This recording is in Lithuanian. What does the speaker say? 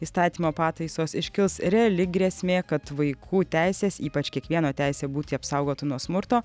įstatymo pataisos iškils reali grėsmė kad vaikų teisės ypač kiekvieno teisė būti apsaugotu nuo smurto